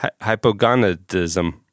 Hypogonadism